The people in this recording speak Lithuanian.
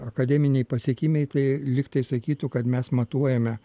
akademiniai pasiekimai tai lygtai sakytų kad mes matuojame